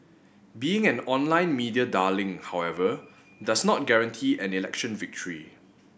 being an online media darling however does not guarantee an election victory